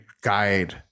guide